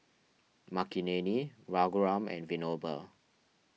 Makineni Raghuram and Vinoba